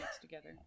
together